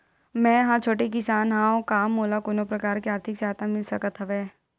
मै ह छोटे किसान हंव का मोला कोनो प्रकार के आर्थिक सहायता मिल सकत हवय?